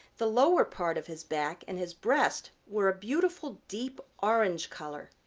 the lower part of his back and his breast were a beautiful deep orange color.